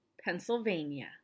Pennsylvania